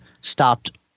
stopped